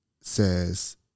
says